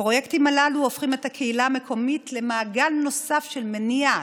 הפרויקטים הללו הופכים את הקהילה המקומית למעגל נוסף של מניעה,